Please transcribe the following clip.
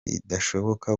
bidashoboka